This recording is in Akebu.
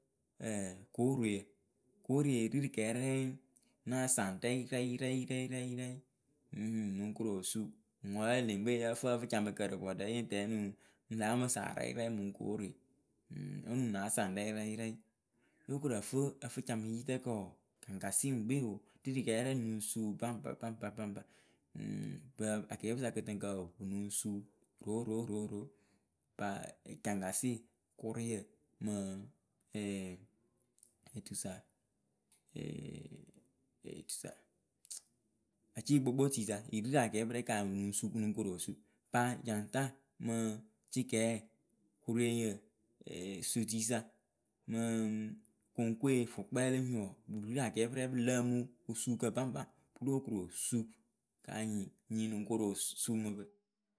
koroyǝ. koroe ri rɨ kyɩrɛŋ náa saŋ rɛyɩ rɛyɩ rɛyɩ rɛyɩ, nɨŋ korosuu ŋwɨ wǝ leŋkpe yǝǝ fɨ ǝfɨcamɨkǝ rɨ vɔɖǝ onuŋ ŋ lǝyamɨsaŋ rɛyɩ rɛyɩ mɨŋ koroe ɨŋ onunasaŋ rɛyɩ rɛyɩ rɛyɩ rɛyɩ. yokorǝfɨ ǝfɨcamǝ yitǝkǝ wɔɔ caŋkasɩ ŋwɨkpe wɔɔ ri rɨ krɛ nɨŋ suu baŋba baŋba baŋba ɨŋ bɨ akpɨsa kɨtɨŋkǝ wɔɔ pɨlɨŋ suu rooroorooroo. paa caŋkasɩ, kʊrʊyǝ mɨ etusa acɩkpokpo tuisa yirirɨ akpɨrɛ kanyɩ pɨlɨŋ suu pɨ lɨŋ korosuu paa jaŋta mɨ cɩk, kʊroŋyǝ ee sutuisa mɨ koŋkoe, fɔkpɛ leni wɔɔ pɨri rɨ akpǝ rɛ pɨ lǝǝmɨ osuukǝ baŋba pɨ lóo korusuu kanyɩ nyii lɨŋ korosuu mɨ pɨ.